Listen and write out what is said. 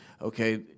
okay